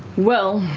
well,